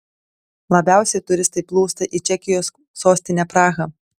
labiausiai turistai plūsta į čekijos sostinę prahą